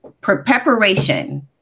preparation